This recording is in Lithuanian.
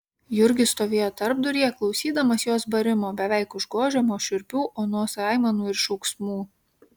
jurgis stovėjo tarpduryje klausydamas jos barimo beveik užgožiamo šiurpių onos aimanų ir šauksmų